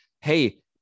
Hey